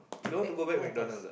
uh not Hatous